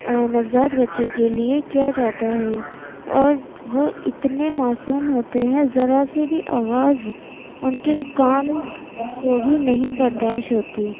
نوذات بچوں کے لیے کیا جاتا ہے اور وہ اتنے معصوم ہوتے ہیں ذرا سی بھی آواز ان کے کان کو بھی نہیں برداشت ہوتی